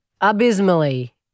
abysmally